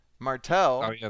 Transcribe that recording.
Martell